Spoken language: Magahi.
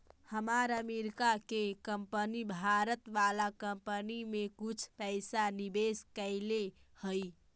हमार अमरीका के कंपनी भारत वाला कंपनी में कुछ पइसा निवेश कैले हइ